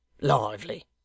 lively